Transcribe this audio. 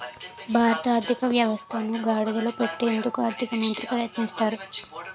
భారత ఆర్థిక వ్యవస్థను గాడిలో పెట్టేందుకు ఆర్థిక మంత్రి ప్రయత్నిస్తారు